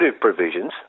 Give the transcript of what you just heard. provisions